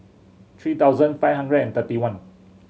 three thousand five hundred and thirty one